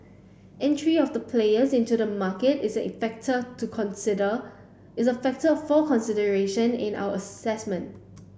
entry of the players into the market is a factor to consider is a factor for consideration in our assessment